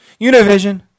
Univision